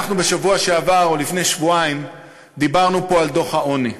בשבוע שעבר או לפני שבועיים דיברנו פה על דוח העוני.